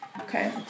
Okay